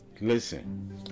listen